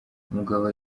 umugabo